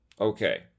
Okay